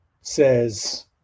says